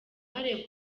harebwa